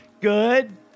good